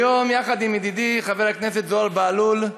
היום, יחד עם ידידי חבר הכנסת זוהיר בהלול,